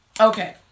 Okay